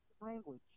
language